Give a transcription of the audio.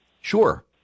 Sure